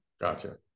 Gotcha